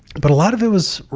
but a lot of it was